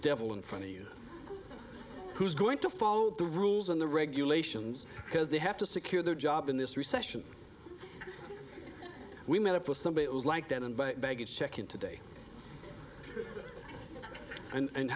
devil in front of you who's going to follow the rules in the regulations because they have to secure their job in this recession we met up with somebody like that and baggage check in today and